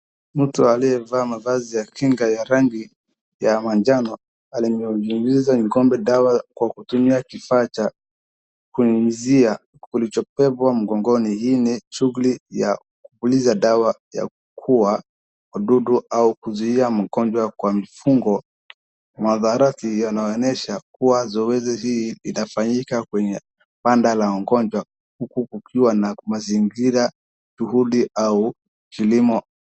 Mtu aliyevaa mavazi ya kinga ya rangi ya manjano alinyunyizia ng'omba dawa kwa kutumia kifaa cha kunyunyizia kilichobebwa mgongoni. Hii ni shughuli ya kupuliza dawa ya kuuwa wadudu au kuzuia magonjwa kwa mifugo, madharaki yanaayonyeshwa kuwa zoezi hili linafanyika kwenye banda la magonjwa huku kukiwa na mazingira, juhudi au kilimo.